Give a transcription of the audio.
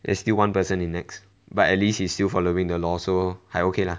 there's still one person in nex but at least he's still following the law so 还 okay lah